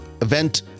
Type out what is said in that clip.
event